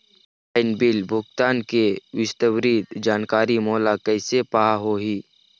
Online bill भुगतान के विस्तृत जानकारी मोला कैसे पाहां होही?